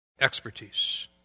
expertise